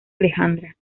alejandra